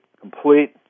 complete